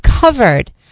covered